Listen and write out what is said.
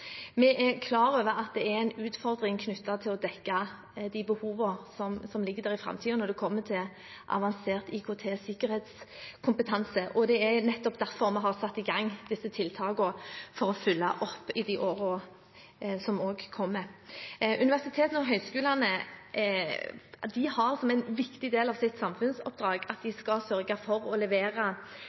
Vi er klar over at det er en utfordring knyttet til å dekke de behovene som ligger der i framtiden når det kommer til avansert IKT-sikkerhetskompetanse, og det er nettopp derfor vi har satt i gang disse tiltakene for å følge opp i årene som kommer. Universitetene og høyskolene har som en viktig del av sitt samfunnsoppdrag å sørge for å levere